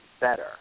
better